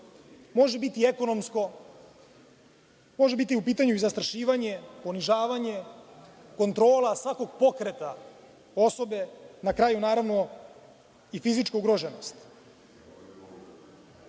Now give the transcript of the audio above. Može biti ekonomsko, može biti u pitanju i zastrašivanje, ponižavanje, kontrola svakog pokreta osobe, na kraju naravno i fizička ugroženost. Ostaju